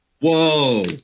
Whoa